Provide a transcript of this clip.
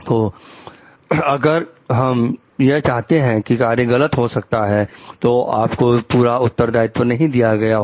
तो अगर हम यह चाहते हैं कि कार्य गलत हो सकता है तो आपको पूरा उत्तरदायित्व नहीं दिया गया होता